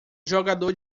jogador